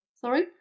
sorry